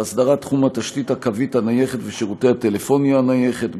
אסדרת תחום התשתית הקווית הנייחת ושירותי הטלפוניה הנייחת,